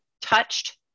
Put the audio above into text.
touched